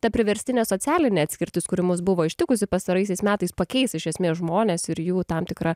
ta priverstinė socialinė atskirtis kuri mus buvo ištikusi pastaraisiais metais pakeis iš esmės žmones ir jų tam tikra